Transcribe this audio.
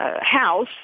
House